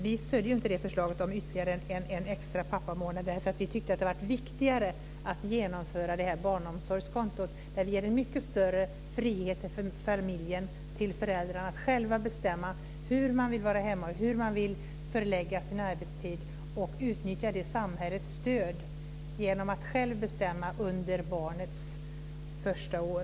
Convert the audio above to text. Vi stöder inte förslaget om ytterligare en pappamånad, eftersom vi tycker att det hade varit viktigare att införa ett barnomsorgskonto där vi ger en mycket större frihet till familjen och till föräldrarna att själva bestämma hur de vill vara hemma och hur de vill förlägga sin arbetstid och utnyttja samhällets stöd genom att själva bestämma under barnets första år.